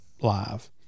live